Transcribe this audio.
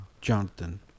Jonathan